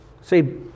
See